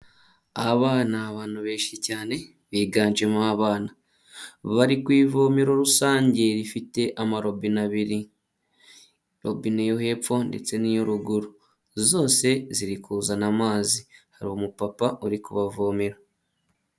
Aba ni abantu benshi cyane biganjemo abana bari ku ivomero rusange rifite amarobine abiri, robinea yo hepfo ndetse n'iyo ruguru zose ziri kuzana amazi hari umupapa uri kubavomera.